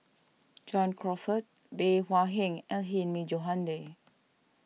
John Crawfurd Bey Hua Heng and Hilmi Johandi